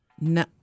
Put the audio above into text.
No